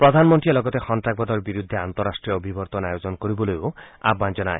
প্ৰধানমন্ত্ৰীয়ে লগতে সন্তাসবাদৰ বিৰুদ্ধে আন্তঃৰাষ্ট্ৰীয় অভিৱৰ্তন আয়োজন কৰিবলৈও আয়ান জনায়